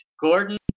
Gordon